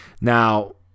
Now